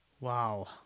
Wow